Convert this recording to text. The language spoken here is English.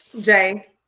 Jay